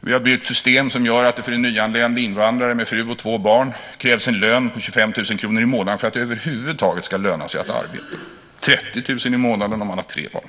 Vi har byggt system som gör att det för en nyanländ invandrare med fru och två barn krävs en lön på 25 000 kr i månaden för att det över huvud taget ska löna sig att arbeta. Det krävs 30 000 kr i månaden om han har tre barn.